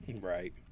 Right